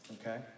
Okay